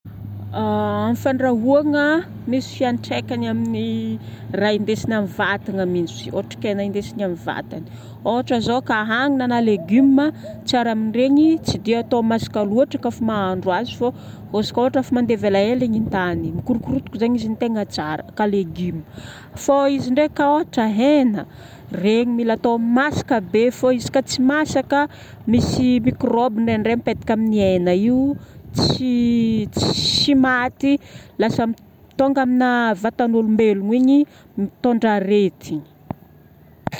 Fandrahoagna, misy fiantraikany amin'ny raha indesigna amin'ny vatagna mihitsy izy io, otrikaina indesigna amin'ny vatagna. Ohatra zao ka hanana na légumes, tsara amin'iregny, tsy dia atao masaka loatra kafa mahandro azy fô izy ko ohatra efa mandevy elaela igny indahiny. Korokorotika zagny izy no tegna tsara ka légumes. Fô izy ndraika ohatra hena, regny mila atao masaka be fô izy ka tsy masaka, misy microbe indraindray mipetaka amin'ny hena io. Tsy tsy maty. Lasa m- tônga amina vatagn'olombelo igny, mitondra aretigna.